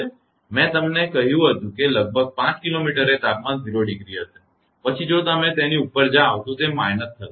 મેં તમને કહ્યું હતું કે લગભગ 5 કિલોમીટર એ તાપમાન 0° હશે પછી જો તમે તેની ઉપર જાઓ તો તે ઓછું થશે